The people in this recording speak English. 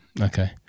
Okay